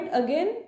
again